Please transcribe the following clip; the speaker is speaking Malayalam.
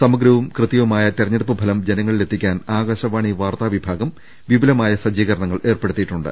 സമഗ്രവും കൃത്യവുമായ തെരഞ്ഞെടുപ്പ് ഫലം ജനങ്ങളിൽ എത്തിക്കാൻ ആകാശവാണി വാർത്താ വിഭാഗം വ്വിപുലമായ സജ്ജീ കരണങ്ങൾ ഏർപ്പെടുത്തിയിട്ടുണ്ട്